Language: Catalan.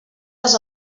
les